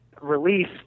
release